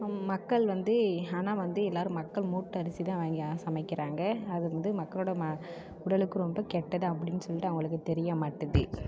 மக்கள் வந்து ஆனால் வந்து எல்லாரும் மக்கள் மூட்டரிசி தான் வாங்கி சமைக்கிறாங்க அது வந்து மக்களோட உடலுக்கு ரொம்ப கெட்டது அப்படின்னு சொல்லிவிட்டு அவங்களுக்கு தெரிய மாட்டுது